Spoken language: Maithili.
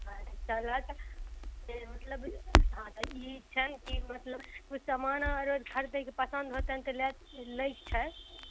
हँ चलऽ तऽ से मतलब हँ तऽ ई छनि कि मतलब ओ समान आरो घर लयके पसन्द होतनि तऽ लए लैके छै